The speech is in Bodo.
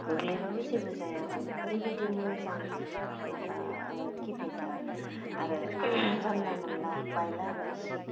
गोग्लैबाबो जेबो जायामोन ओरैबायदि मोजां माबा किपेडआ आरो जानला मोनला बायला बायसि